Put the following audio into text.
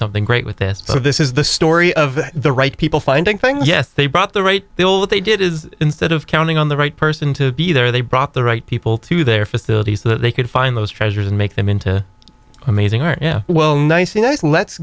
something great with this so this is the story of the right people finding things yes they brought the right they all that they did is instead of counting on the right person to be there they brought the right people to their facilities that they could find those treasures and make them into amazing art yeah well nice nice let's